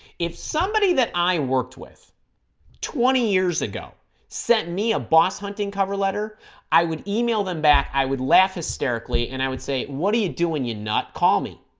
if somebody that i worked with twenty years ago sent me a boss hunting cover letter i would email them back i would laugh hysterically and i would say what are you doing you not call me